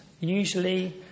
Usually